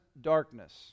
darkness